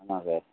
ஆமாம் சார்